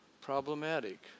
problematic